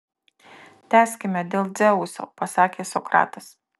tęskime dėl dzeuso pasakė sokratas